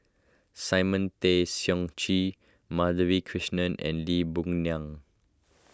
Simon Tay Seong Chee Madhavi Krishnan and Lee Boon Ngan